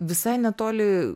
visai netoli